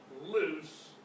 loose